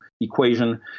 equation